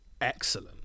excellent